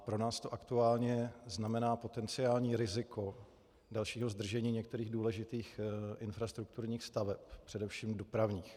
Pro nás je to aktuálně potenciální riziko dalšího zdržení některých důležitých infrastrukturních staveb, především dopravních.